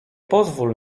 pozwól